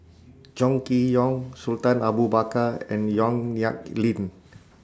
Chong Kee Hiong Sultan Abu Bakar and Yong Nyuk Lin